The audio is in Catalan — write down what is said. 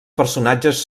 personatges